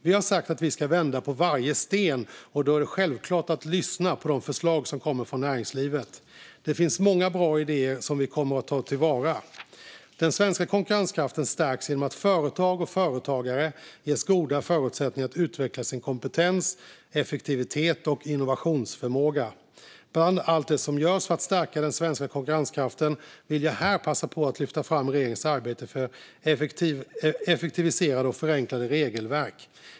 Vi har sagt att vi ska vända på varje sten, och då är det självklart att lyssna på de förslag som kommer från näringslivet. Det finns många bra idéer som vi kommer att ta till vara. Den svenska konkurrenskraften stärks genom att företag och företagare ges goda förutsättningar att utveckla sin kompetens, effektivitet och innovationsförmåga. Bland allt det som görs för att stärka den svenska konkurrenskraften vill jag här passa på att lyfta fram regeringens arbete för effektiviserade och förenklade regelverk.